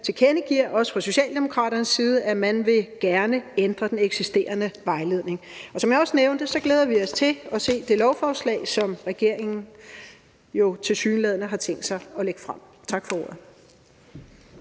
tilkendegiver, også fra Socialdemokraternes side, at man gerne vil ændre den eksisterende vejledning. Som jeg også nævnte, glæder vi os til at se det lovforslag, som regeringen jo tilsyneladende har tænkt sig at fremsætte. Tak for ordet.